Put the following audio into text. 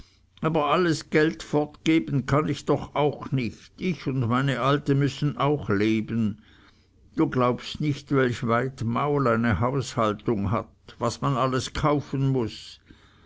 aber alles geld fortgeben kann ich doch auch nicht ich und meine alte müssen auch leben du glaubst nicht welch weit maul eine haushaltung hat was man alles kaufen muß